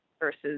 versus